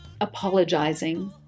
apologizing